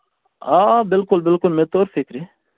آ بِلکُل بِلکُل مےٚ توٚر فِکرِ